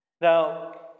Now